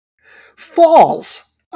falls